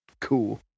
cool